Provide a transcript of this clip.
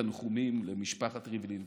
בתנחומים למשפחת ריבלין,